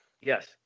Yes